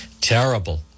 Terrible